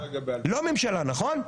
לא הממשלה, נכון?